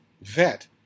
vet